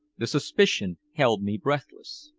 the suspicion held me breathless.